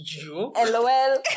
lol